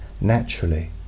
naturally